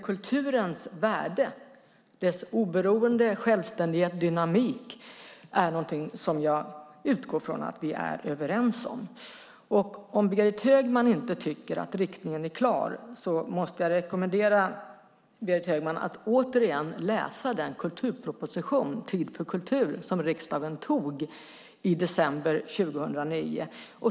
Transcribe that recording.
Kulturens värde, dess oberoende, självständighet, dynamik, är något som jag utgår från att vi är överens om. Om Berit Högman inte tycker att riktningen är klar måste jag rekommendera Berit Högman att återigen läsa den kulturproposition, Tid för kultur , som riksdagen antog i december 2009.